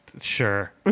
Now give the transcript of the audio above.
sure